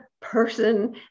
person